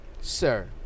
Sir